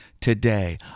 today